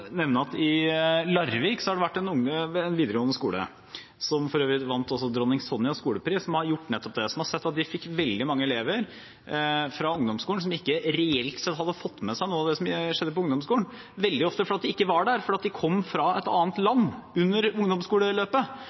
som så at de fikk veldig mange elever fra ungdomsskolen som reelt sett ikke hadde fått med seg noe av det som skjedde på ungdomsskolen. Det var veldig ofte fordi de ikke var der, fordi de kom fra et annet land under ungdomsskoleløpet.